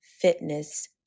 fitness